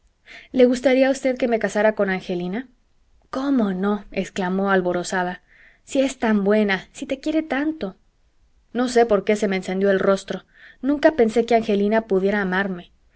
le gustaría a usted que me casara con angelina cómo no exclamó alborozada si es tan buena si te quiere tanto no sé por qué se me encendió el rostro nunca pensé que angelina pudiera amarme